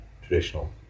traditional